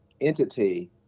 entity